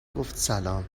گفتسلام